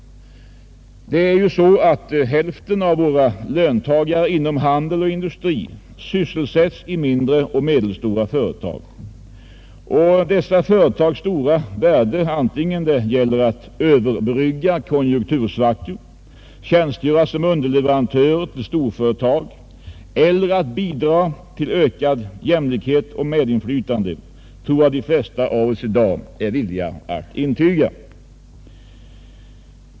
Hälften av våra löntagare inom handel och industri sysselsätts i mindre och medelstora företag. Dessa företags stora värde — antingen det gäller att överbrygga konjunktursvackor, tjänstgöra som underleverantörer åt storföretag eller bidra till ökad jämlikhet och medinflytande — tror jag att de flesta av oss i dag är villiga att intyga.